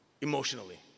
emotionally